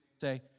say